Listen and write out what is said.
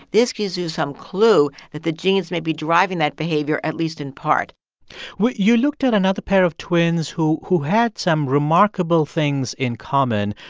this gives you some clue that the genes may be driving that behavior at least in part you looked at another pair of twins who who had some remarkable things in common,